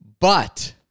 But-